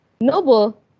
noble